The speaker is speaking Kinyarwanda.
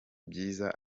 byiza